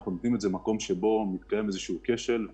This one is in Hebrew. אנחנו נותנים את זה ממקום שבו מתקיים איזה שהוא כשל,